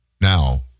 Now